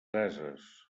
ases